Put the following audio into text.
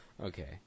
Okay